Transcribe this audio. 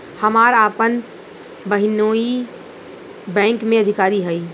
हमार आपन बहिनीई बैक में अधिकारी हिअ